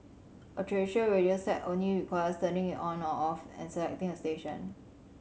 a traditional radio set only requires turning it on or off and selecting a station